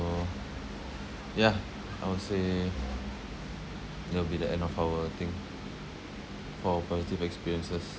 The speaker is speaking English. ~o yeah I would say that'll be the end of our I think for positive experiences